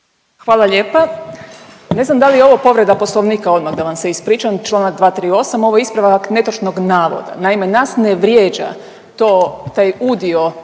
Hvala lijepa. Ne znam da li je ovo povreda Poslovnika odmah da vam se ispričam, Članak 238., ovo je ispravak netočnog navoda. Naime, nas ne vrijeđa to taj udio